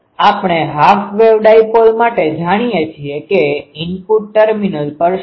આપણે half way dipole માટે જાણીએ છીએ કે ઇનપુટ ટર્મિનલ પર શું છે